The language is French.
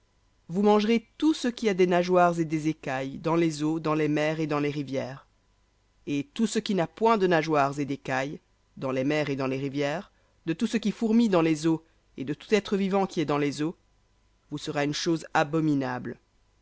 vous mangerez tout ce qui a des nageoires et des écailles dans les eaux dans les mers et dans les rivières et tout ce qui n'a point de nageoires et d'écailles dans les mers et dans les rivières de tout ce qui fourmille dans les eaux et de tout être vivant qui est dans les eaux vous sera une chose abominable